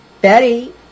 Betty